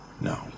No